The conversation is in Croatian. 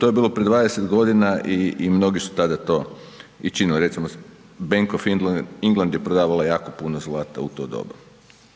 to je bilo prije 20 godina i mnogi su tada to i činili recimo Bank Of England je prodavala jako puno zlata u to doba.